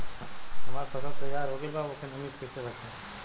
हमार फसल तैयार हो गएल बा अब ओके नमी से कइसे बचाई?